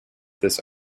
this